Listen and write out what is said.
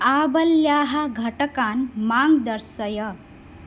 आवल्याः घटकान् मां दर्शय